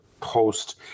post